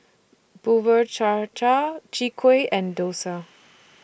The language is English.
Bubur Cha Cha Chwee Kueh and Dosa